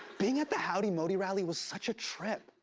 being at the howdy modi rally was such a trip.